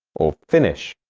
or finish.